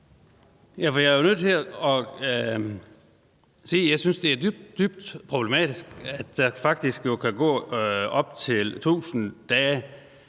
jeg er jo nødt til at sige, at jeg synes, det er dybt, dybt problematisk, at der faktisk kan gå op til 1.000 dage,